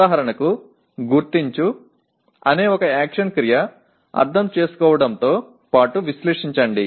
ఉదాహరణకు "గుర్తించు"ఐడెంటిఫై అనే ఒక యాక్షన్ క్రియ అర్థం చేసుకోవడంతో పాటు విశ్లేషించండి